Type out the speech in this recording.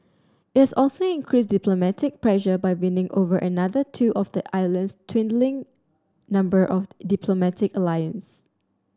it has also increased diplomatic pressure by winning over another two of the island's dwindling number of diplomatic allies